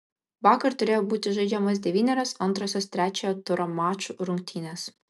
vakar turėjo būti žaidžiamos devynerios antrosios trečiojo turo mačų rungtynės